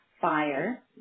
fire